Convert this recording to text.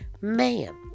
man